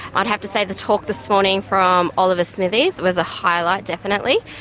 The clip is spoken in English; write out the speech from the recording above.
i'd have to say the talk this morning from oliver smithies was a highlight, definitely.